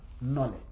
knowledge